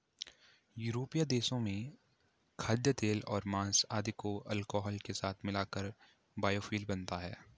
यूरोपीय देशों में खाद्यतेल और माँस आदि को अल्कोहल के साथ मिलाकर बायोफ्यूल बनता है